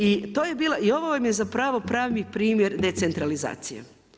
I ovo vam je zapravo pravi primjer decentralizacije.